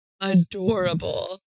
adorable